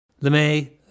LeMay